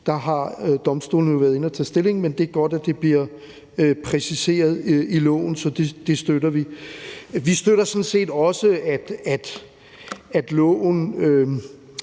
der har domstolene jo været inde at tage stilling, men det er godt, at det bliver præciseret i loven, så det støtter vi. Vi støtter også, at loven